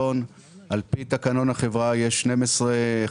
יש לי דירקטוריון.